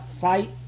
fight